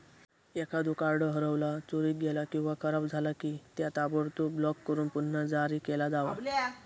एखादो कार्ड हरवला, चोरीक गेला किंवा खराब झाला की, त्या ताबडतोब ब्लॉक करून पुन्हा जारी केला जावा